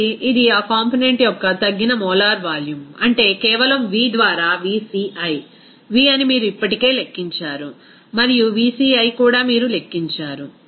మళ్లీ ఇది ఆ కాంపోనెంట్ యొక్క తగ్గిన మోలార్ వాల్యూమ్ అంటే కేవలం v ద్వారా vciv అని మీరు ఇప్పటికే లెక్కించారు మరియు vci కూడా మీరు లెక్కించారు